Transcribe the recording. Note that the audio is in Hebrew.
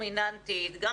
דומיננטית מאוד,